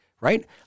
Right